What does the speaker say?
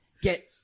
get